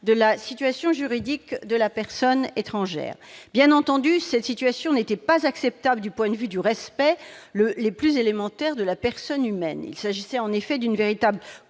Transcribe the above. de la situation juridique de la personne étrangère. Bien entendu, cette situation n'était pas acceptable du point de vue du respect des droits les plus élémentaires de la personne humaine. Elle introduisait une véritable